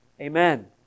Amen